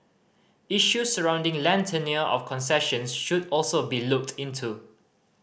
issues surrounding land tenure of concessions should also be looked into